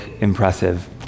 impressive